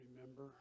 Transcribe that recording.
remember